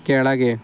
ಕೆಳಗೆ